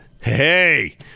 Hey